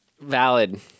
Valid